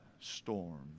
storm